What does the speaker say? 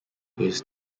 his